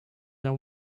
than